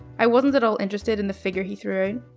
i wasn't at all interested in the figure he threw